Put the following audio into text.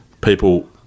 people